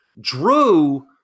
Drew